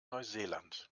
neuseeland